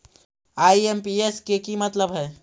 IMPS के कि मतलब है?